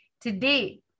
Today